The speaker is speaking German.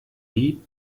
die